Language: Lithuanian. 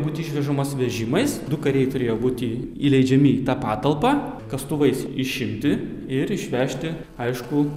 būti išvežamas vežimais du kariai turėjo būti įleidžiami į tą patalpą kastuvais išimti ir išvežti aišku